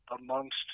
amongst